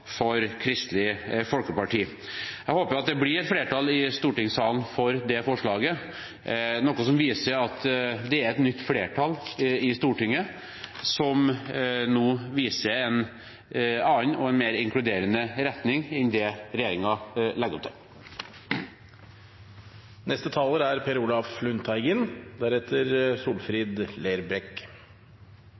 for Kristelig Folkepartis forslag. Jeg håper det blir flertall i stortingssalen for det forslaget, noe som vil vise at det er et nytt flertall i Stortinget, som viser en annen og mer inkluderende retning enn regjeringen legger opp til. Det er et faktum at alle prater positivt om inkludering. Inkludering koster, og denne saken er